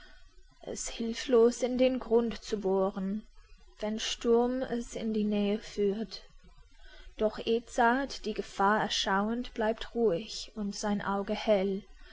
es hilflos in den grund zu bohren wenn sturm es in die nähe führt doch edzard die gefahr erschauend bleibt ruhig und sein auge hell